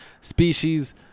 species